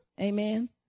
Amen